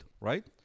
right